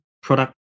product